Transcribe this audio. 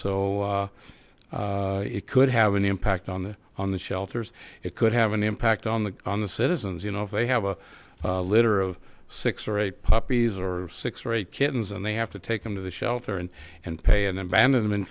so it could have an impact on the on the shelters it could have in impact on the on the citizens you know if they have a litter of six or eight puppies or six or eight kittens and they have to take them to the shelter and and pay an a